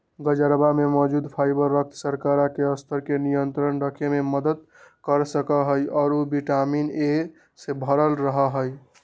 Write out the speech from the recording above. गजरवा में मौजूद फाइबर रक्त शर्करा के स्तर के नियंत्रण रखे में मदद कर सका हई और उ विटामिन ए से भरल रहा हई